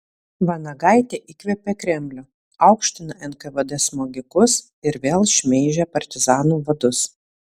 vanagaitė įkvėpė kremlių aukština nkvd smogikus ir vėl šmeižia partizanų vadus